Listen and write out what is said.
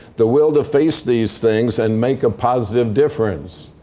the will to face these things and make a positive difference.